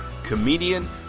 comedian